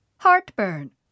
Heartburn